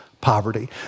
poverty